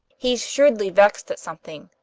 he's shrewdly vex'd at something.